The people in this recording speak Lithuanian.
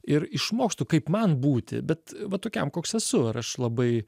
ir išmokstu kaip man būti bet va tokiam koks esu ar aš labai